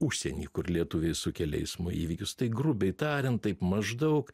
užsieny kur lietuviai sukelia eismo įvykius tai grubiai tariant taip maždaug